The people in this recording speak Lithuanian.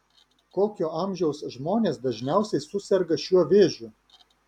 kokio amžiaus žmonės dažniausiai suserga šiuo vėžiu